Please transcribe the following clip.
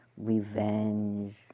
revenge